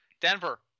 Denver